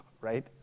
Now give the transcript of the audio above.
right